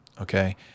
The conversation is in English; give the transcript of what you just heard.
okay